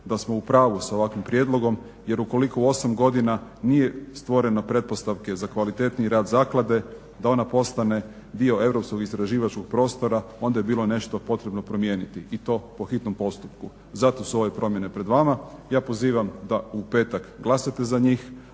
da smo u pravu s ovakvim prijedlogom, jer ukoliko u 8 godina nisu stvorene pretpostavke za kvalitetniji rad zaklade, da ona postane dio europskog istraživačkog prostora onda je bilo nešto potrebno promijeniti i to po hitnom postupku. Zato su ove promjene pred vama. Ja pozivam da u petak glasate za njih,